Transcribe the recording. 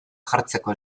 jartzeko